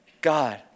God